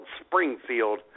Springfield